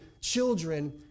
children